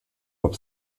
hop